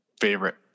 favorite